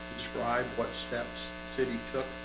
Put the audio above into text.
describe what steps city